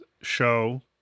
show